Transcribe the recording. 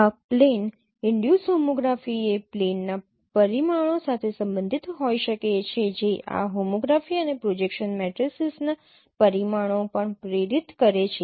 આ plane induce homography એ પ્લેનના પરિમાણો સાથે સંબંધિત હોઈ શકે છે જે આ હોમોગ્રાફી અને પ્રોજેક્શન મેટ્રિસીસના પરિમાણો પણ પ્રેરિત કરે છે